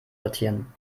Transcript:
sortieren